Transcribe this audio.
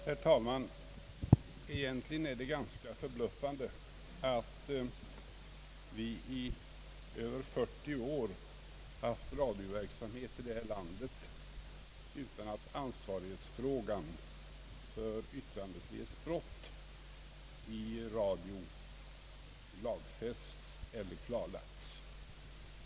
Herr talman! Egentligen är det ganska förbluffande att vi under mer än 40 år haft radioverksamhet i detta land utan att ansvarighetsfrågan för yttran defrihetsbrott i radio blivit klarlagd och lagfäst.